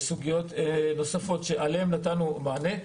סוגיות נוספות שלהן נתנו מענה.